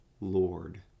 Lord